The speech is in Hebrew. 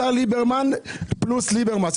השר ליברמן פלוס ליברמס.